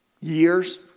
years